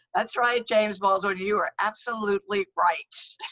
that's right, james baldwin, you were absolutely right.